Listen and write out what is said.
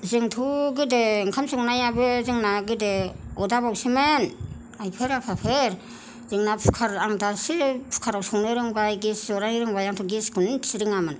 जोंथ' गोदो ओंखाम संनायाबो जोंना गोदो अरदाबावसोमोन आइफोर आफाफोर जोंना कुकार आं दासो कुकाराव संनो रोंबाय गेस जलायनो रोंबाय आंथ' गेस खौनो मिथि रोङामोन